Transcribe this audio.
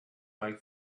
like